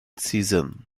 season